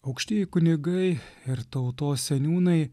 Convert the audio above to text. aukštieji kunigai ir tautos seniūnai